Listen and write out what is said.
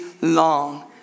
long